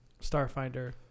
Starfinder